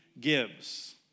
gives